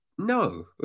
No